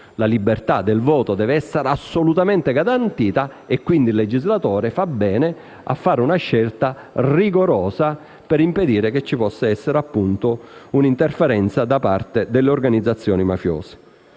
La libertà del voto deve essere assolutamente garantita e, quindi, il legislatore fa bene a fare una scelta rigorosa per impedire che ci possa essere, appunto, un'interferenza da parte delle organizzazioni mafiose.